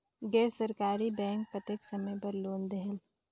गैर सरकारी बैंक कतेक समय बर लोन देहेल?